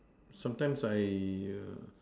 sometimes I err